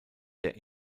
der